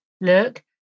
look